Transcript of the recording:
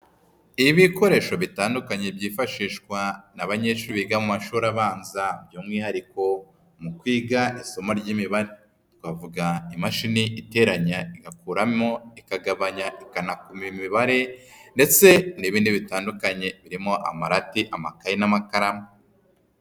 Ibikoresho bitandukanye byifashishwa n'abanyeshuri biga mu mashuri abanza by'umwihariko mu kwiga isomo ry'imibare. Twavuga imashini iteranya, igakuramo, ikagabanya, ikanakuba imibare ndetse n'ibindi bitandukanye birimo amarati, amakayi n'amakaramu.